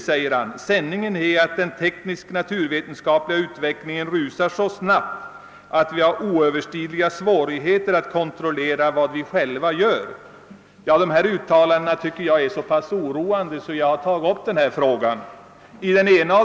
Sanningen är att den tekniskt-naturvetenskapliga utvecklingen rusar så snabbt att vi har oöverstigliga svårigheter att kontrollera vad vi själva gör.» Herr talman! Jag tycker att de citerade uttalandena är synnerligen oroande.